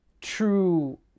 true